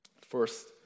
First